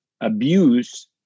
abuse